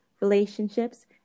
relationships